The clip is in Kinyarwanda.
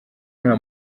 nta